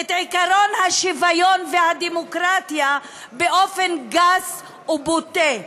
את עקרון השוויון והדמוקרטיה באופן גס ובוטה.